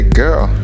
girl